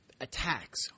attacks